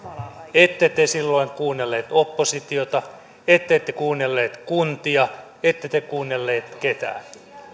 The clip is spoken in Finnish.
ette te silloin kuunnelleet oppositiota ette te kuunnelleet kuntia ette te kuunnelleet ketään